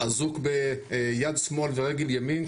אזוק ביד שמאל ורגל ימין,